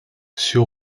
sur